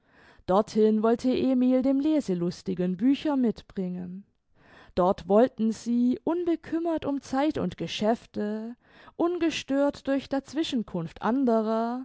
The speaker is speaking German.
dorthin wollte emil dem leselustigen bücher mitbringen dort wollten sie unbekümmert um zeit und geschäfte ungestört durch dazwischenkunft anderer